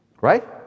Right